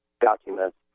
documents